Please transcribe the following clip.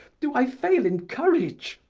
do i fail in courage?